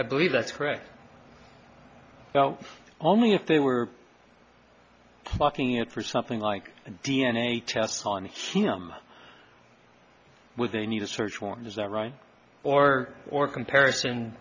i believe that's correct well only if they were blocking it for something like d n a tests on him would they need a search warrant is that right or or comparison